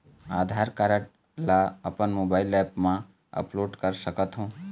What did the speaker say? आधार card ला अपन mobile app मा अपलोड कर सकथों?